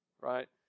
right